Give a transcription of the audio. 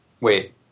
Wait